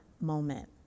moment